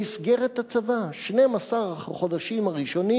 במסגרת הצבא: "שנים-עשר החודשים הראשונים"